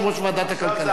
חבל